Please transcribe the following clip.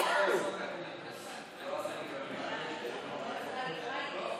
ולא שדואגים באמת שרק נשים תהיינה קובעות את הדיינים,